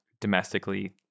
domestically